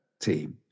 team